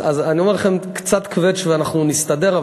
אני אומר לכם שקצת קוועץ' ואנחנו נסתדר.